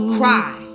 Cry